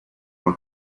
uma